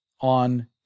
on